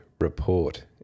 report